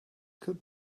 could